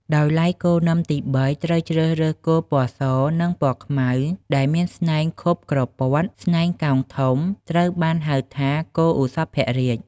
ដោយឡែកគោនឹមទី៣ ត្រូវជ្រើសរើសគោ ពណ៌ស និង ពណ៌ខ្មៅ ដែលមានស្នែងខុបក្រព័ត ស្នែងកោងធំ ត្រូវបានហៅថា គោឧសភរាជ។